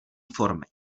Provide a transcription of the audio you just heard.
formy